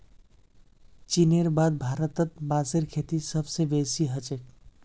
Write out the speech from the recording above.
चीनेर बाद भारतत बांसेर खेती सबस बेसी ह छेक